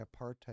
apartheid